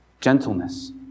Gentleness